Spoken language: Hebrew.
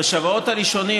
בשבועות הראשונים,